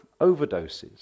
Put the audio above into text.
overdoses